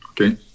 okay